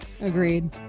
agreed